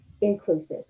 inclusive